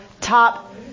top